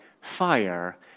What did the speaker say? fire